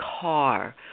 car